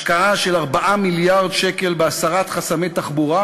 השקעה של 4 מיליארד שקל בהסרת חסמי תחבורה